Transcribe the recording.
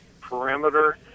perimeter